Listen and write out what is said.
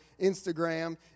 Instagram